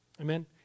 Amen